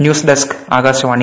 news desk Akashvani